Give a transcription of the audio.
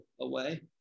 away